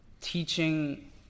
teaching